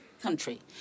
country